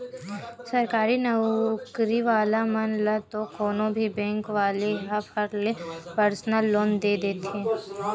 सरकारी नउकरी वाला मन ल तो कोनो भी बेंक वाले ह फट ले परसनल लोन दे देथे